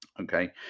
okay